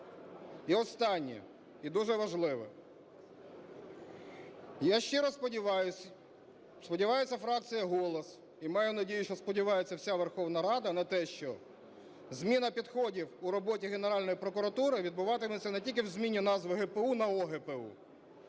І останнє, і дуже важливе. Я щиро сподіваюся, сподівається фракція "Голос", і маю надію, що сподівається вся Верховна Рада на те, що зміна підходів у роботі Генеральної прокуратури відбуватиметься не тільки з зміні назви ГПУ на ОГПУ,